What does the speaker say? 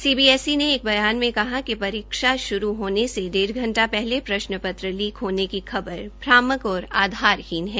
CBSE ने एक बयान में कहा कि परीक्षा शुरू होने से डेढ़ घंडा पहले प्रश्न पत्र लीक होने की खबर भ्रामक और आधारहीन है